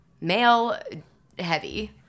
male-heavy